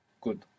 Good